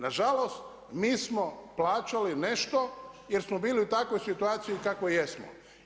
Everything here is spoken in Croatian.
Na žalost, mi smo plaćali nešto jer smo bili u takvoj situaciji kakvoj jesmo.